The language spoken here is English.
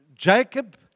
Jacob